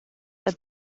are